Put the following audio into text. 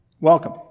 welcome